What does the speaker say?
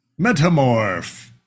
Metamorph